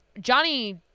Johnny